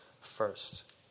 first